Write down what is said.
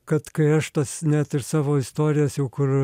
kad kai aš tas net ir savo istorijas jau kur